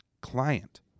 client